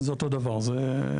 זה אותו דבר, זה כפול.